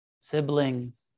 siblings